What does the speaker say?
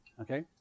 okay